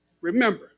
Remember